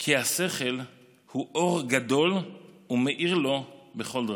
כי השכל הוא אור גדול ומאיר לו בכל דרכיו".